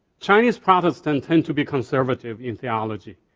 chinese protestant tend to be conservative in theology.